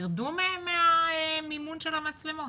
תרדו מהמימון של המצלמות.